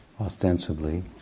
ostensibly